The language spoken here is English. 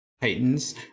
Titans